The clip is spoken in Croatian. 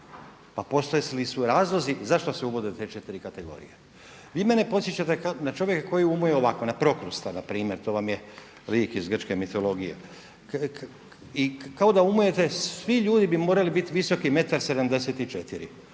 Pa postojali su razlozi zašto se uvode te 4 kategorije. Vi mene podsjećate na čovjeka koji umuje ovako na Prokrusta npr. to vam je lik iz grčke mitologije. I kao da umujete svi ljudi bi morali biti visoki 1,74. Pa oni koji